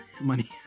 money